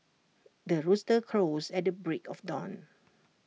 the rooster crows at the break of dawn